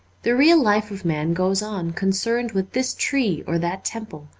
the real life of man goes on concerned with this tree or that temple,